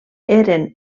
eren